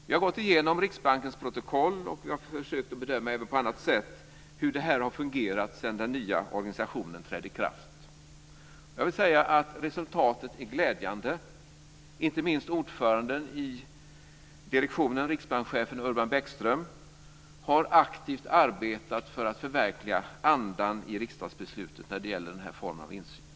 Vi har gått igenom Riksbankens protokoll, och vi har försökt att även på annat sätt bedöma hur det hela har fungerat sedan den nya organisationen trädde i kraft. Resultatet är glädjande. Inte minst ordföranden i direktionen, riksbankschefen Urban Bäckström, har aktivt arbetat för att förverkliga andan i riksdagsbeslutet när det gäller den här formen av insyn.